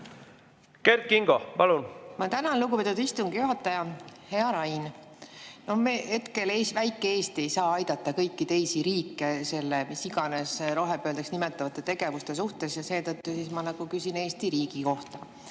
Kert Kingo, palun! Ma tänan, lugupeetud istungi juhataja! Hea Rain! No hetkel väike Eesti ei saa aidata kõiki teisi riike selle mis iganes rohepöördeks nimetatud tegevuste suhtes. Seetõttu ma küsin Eesti riigi kohta.